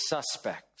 suspect